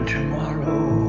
Tomorrow